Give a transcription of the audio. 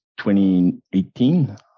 2018